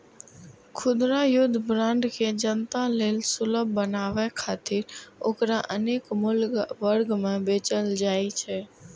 खुदरा युद्ध बांड के जनता लेल सुलभ बनाबै खातिर ओकरा अनेक मूल्य वर्ग मे बेचल जाइ छै